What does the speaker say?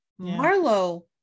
Marlo